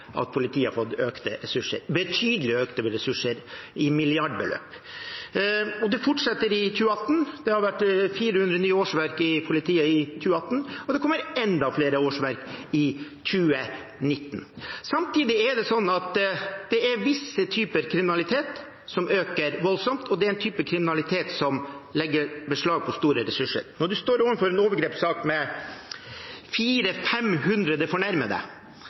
at politiet har fått økt ressursene – betydelig økt ressursene, i milliardbeløp – og det fortsetter i 2018. Det har vært 400 nye årsverk i politiet i 2018, og det kommer enda flere årsverk i 2019. Samtidig er det visse typer kriminalitet som øker voldsomt, og det er en type kriminalitet som legger beslag på store ressurser. Når man står overfor en overgrepssak med 400–500 fornærmede